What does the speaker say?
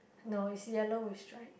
no it's yellow with stripe